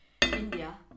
India